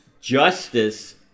justice